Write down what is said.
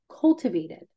cultivated